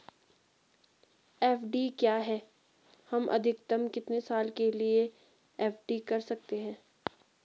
FD क्या है हम अधिकतम कितने साल के लिए एफ.डी कर सकते हैं?